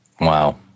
Wow